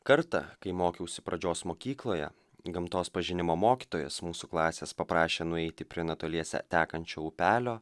kartą kai mokiausi pradžios mokykloje gamtos pažinimo mokytojas mūsų klasės paprašė nueiti prie netoliese tekančio upelio